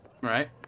Right